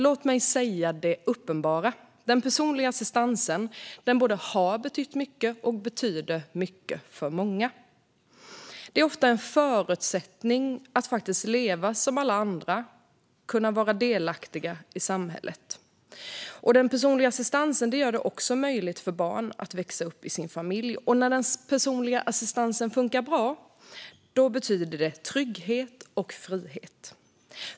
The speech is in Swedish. Låt mig säga det uppenbara: Den personliga assistansen har betytt mycket och betyder mycket för många. Den är ofta en förutsättning för att kunna leva som alla andra och vara delaktig i samhället. Den personliga assistansen gör det också möjligt för barn att växa upp i sin familj. När den personliga assistansen funkar bra betyder den trygghet och frihet.